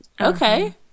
okay